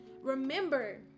remember